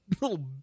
little